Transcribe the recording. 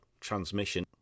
transmission